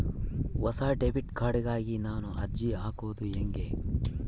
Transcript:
ಹೊಸ debit card ಗಾಗಿ ನಾನು ಅರ್ಜಿ ಹಾಕೊದು ಹೆಂಗ?